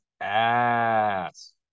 ass